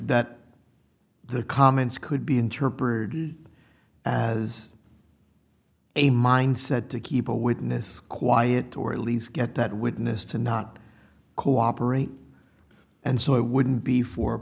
that the comments could be interpreted as a mindset to keep a witness quiet or at least get that witness to not cooperate and so it wouldn't be for